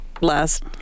last